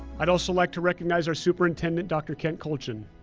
i'd also like to recognize our superintendent, dr. kent kultgen.